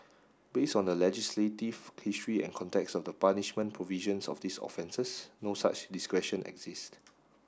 based on the legislative history and context of the punishment provisions of these offences no such discretion exist